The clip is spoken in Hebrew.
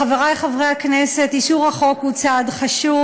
חברי חברי הכנסת, אישור החוק הוא צעד חשוב.